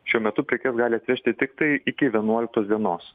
šiuo metu prekes gali atvežti tiktai iki vienuoliktos dienos